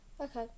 Okay